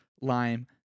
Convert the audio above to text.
lime